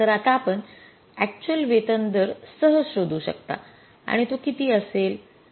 तर आता आपण अक्चुअल वेतन दर सहज शोधू शकता आणि तो किती असेल